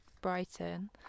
Brighton